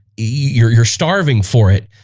you're you're starving for it,